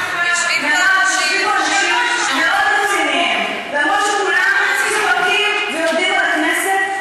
למרות שכולם צוחקים ויורדים על הכנסת,